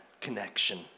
connection